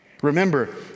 Remember